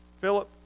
Philip